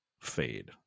Fade